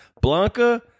Blanca